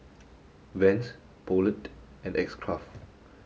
Vans Poulet and X Craft